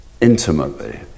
intimately